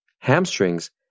hamstrings